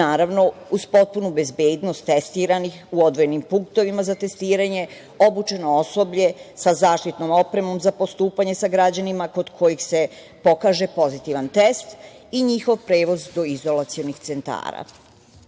Naravno, uz potpunu bezbednost testiranih u odvojenim punktovima za testiranje, obučeno osoblje sa zaštitnom opremom za postupanje sa građanima kod kojih se pokaže pozitivan test i njihov prevoz do izolacionih